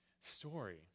story